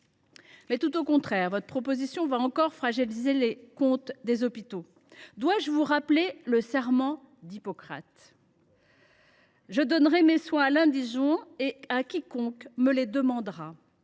pays. Au contraire, votre proposition fragilisera encore les comptes des hôpitaux. Dois je vous rappeler le serment d’Hippocrate ?« Je donnerai mes soins à l’indigent et à quiconque me les demandera.